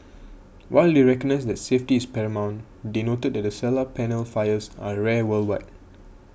while they recognised that safety is paramount they noted that solar panel fires are rare worldwide